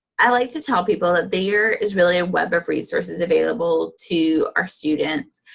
i like to tell people that there is really a web of resources available to our students,